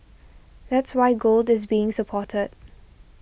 that's why gold is being supported